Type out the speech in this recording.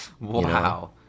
Wow